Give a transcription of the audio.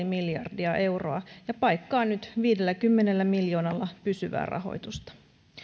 miljardia euroa ja paikkaa nyt viidelläkymmenellä miljoonalla pysyvää rahoitusta